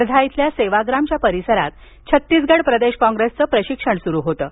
वर्धा इथल्या सेवाग्रामच्या परिसरात छत्तीसगड प्रदेश काँग्रेसचं प्रशिक्षण सुरु होतं